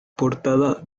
portada